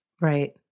Right